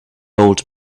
old